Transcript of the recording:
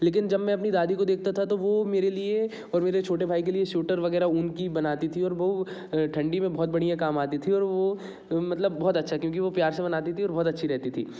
लेकिन जब मैं अपनी दादी को देखता था तो वो मेरे लिए और मेरे छोटे भाई के लिए स्वीटर वगैरह ऊन की बनाती थी और वो ठंडी में बहुत बढ़िया काम आती थी और वो मतलब बहुत अच्छा क्योंकि वो प्यार से बनाती थी और बहुत अच्छी रहती थी